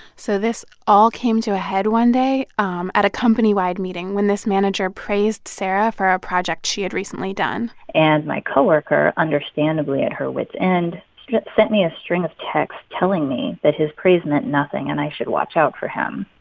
so this all came to a head one day um at a company-wide meeting when this manager praised sarah for a project she had recently done and my co-worker, understandably at her wit's end, she sent me a string of texts telling me that his praise meant nothing and i should watch out for him.